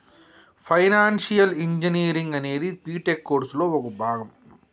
financial engineering అనేది BTech కోర్సులో ఒక భాగం